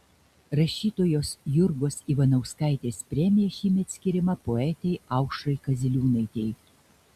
rašytojos jurgos ivanauskaitės premija šįmet skiriama poetei aušrai kaziliūnaitei